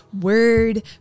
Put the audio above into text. word